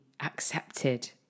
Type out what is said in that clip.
accepted